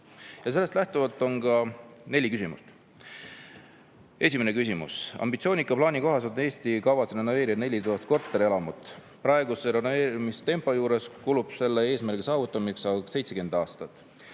Sellest lähtuvalt on meil neli küsimust. Esimene küsimus. Ambitsioonika plaani kohaselt on Eestil kavas renoveerida 4000 korterelamut. Praeguse renoveerimistempo juures kulub selle eesmärgi saavutamiseks 70 aastat.